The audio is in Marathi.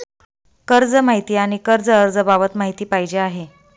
कर्ज माहिती आणि कर्ज अर्ज बाबत माहिती पाहिजे आहे